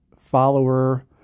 follower